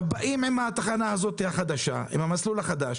באים עם התחנה החדשה הזאת והמסלול החדש